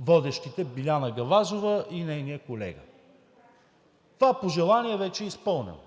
водещите Биляна Гавазова и нейния колега. Това пожелание вече е изпълнено.